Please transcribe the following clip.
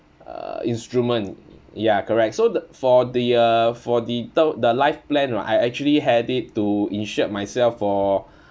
uh instrument ya correct so the for the uh for the term the life plan right I actually had it to insured myself for